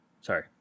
sorry